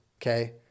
Okay